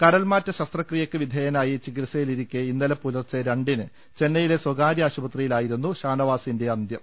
കരൾ മാറ്റ ശസ്ത്രക്രിയക്ക് വിധേയധായി ചികിത്സയിലിരിക്കെ ഇന്നലെ പുലർച്ചെ രണ്ടിന് ചെന്നൈയിലെ സ്വകാര്യ ആശുപത്രിയിലായിരുന്നു ഷാനവാസിൻെറ അന്ത്യം